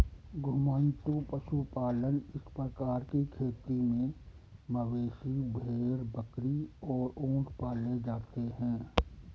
घुमंतू पशुपालन इस प्रकार की खेती में मवेशी, भेड़, बकरी और ऊंट पाले जाते है